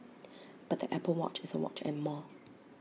but the Apple watch is A watch and more